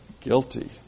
guilty